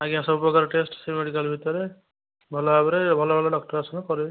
ଆଜ୍ଞା ସବୁପ୍ରକାର ଟେଷ୍ଟ ସେଇ ମେଡ଼ିକାଲ୍ ଭିତରେ ଭଲଭାବରେ ଭଲ ଭଲ ଡ଼କ୍ଟର ଅଛନ୍ତି କରେଇବେ